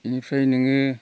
इनिफ्राय नोङो